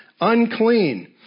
unclean